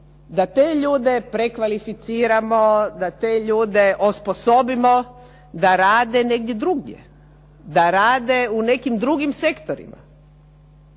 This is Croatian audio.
da te ljude prekvalificiramo, da te ljude osposobimo da rade negdje drugdje, da rade u nekim drugim sektorima.